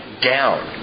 down